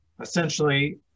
essentially